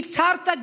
הצהרת,